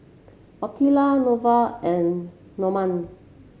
Ottilia Neveah and Normand